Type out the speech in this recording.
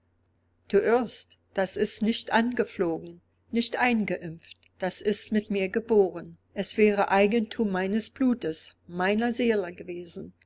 du irrst das ist nicht angeflogen nicht eingeimpft das ist mit mir geboren es wäre eigentum meines blutes meiner seele gewesen